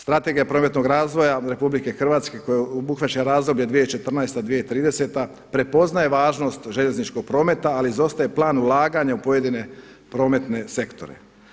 Strategija prometnog razvoja RH koja obuhvaća razdoblje 2014.-2030. prepoznaje važnost željezničkog prometa ali izostaje plan ulaganja u pojedine prometne sektore.